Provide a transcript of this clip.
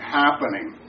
happening